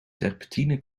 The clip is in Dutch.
terpentine